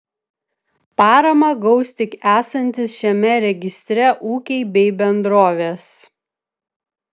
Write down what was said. paramą gaus tik esantys šiame registre ūkiai bei bendrovės